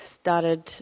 started